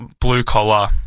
blue-collar